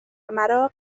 مرا